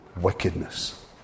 wickedness